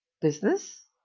business